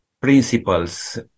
principles